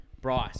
Bryce